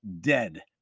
dead